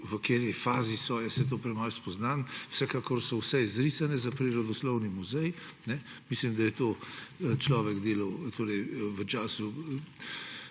v kateri fazi, jaz se premalo spoznam, vsekakor je vse izrisano za prirodoslovni muzej. Mislim, da je to človek delal v času